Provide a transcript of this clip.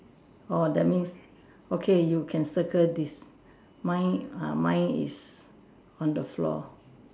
oh that means okay you can circle this mine uh mine is on the floor